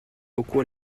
beaucoup